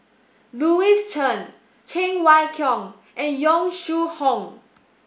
Louis Chen Cheng Wai Keung and Yong Shu Hoong